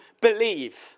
believe